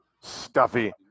stuffy